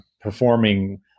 performing